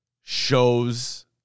shows